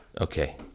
okay